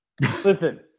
listen